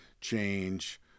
change